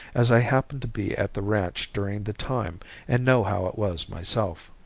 as i happened to be at the ranch during the time and know how it was myself.